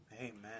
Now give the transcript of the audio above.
Amen